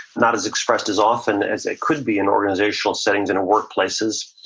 not as expressed as often as it could be in organizational settings, in workplaces,